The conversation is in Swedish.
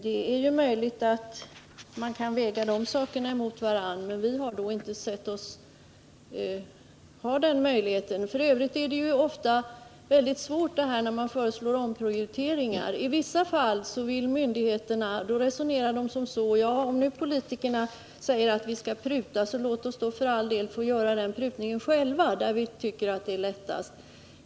Det är möjligt att man kan väga de sakerna mot varandra, men vi har inte sett oss ha den möjligheten. F. ö. är det ofta svårt att föreslå omprioriteringar. I vissa fall resonerar myndigheterna som så: Om nu politikerna säger att vi skall pruta, så låt oss då för all del få göra den prutningen själva, där vi tycker att det är lättast!